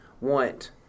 want